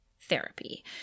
therapy